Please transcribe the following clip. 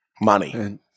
money